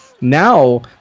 Now